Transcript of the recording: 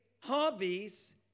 hobbies